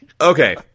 Okay